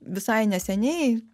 visai neseniai